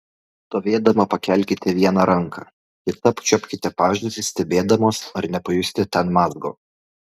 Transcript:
stovėdama pakelkite vieną ranką kita apčiuopkite pažastį stebėdamos ar nepajusite ten mazgo